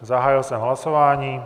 Zahájil jsem hlasování.